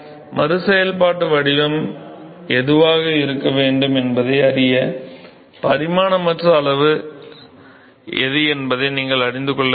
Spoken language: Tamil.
எனவே மறு செயல்பாட்டு வடிவம் எதுவாக இருக்க வேண்டும் என்பதை அறிய பரிமாணமற்ற அளவுகள் எது என்பதை நீங்கள் அறிந்து கொள்ள வேண்டும்